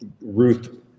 Ruth